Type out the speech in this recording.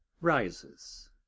rises